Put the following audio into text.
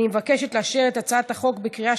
אני מבקשת לאשר את הצעת החוק בקריאה